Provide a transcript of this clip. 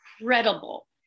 incredible